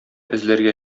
эзләргә